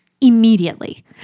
immediately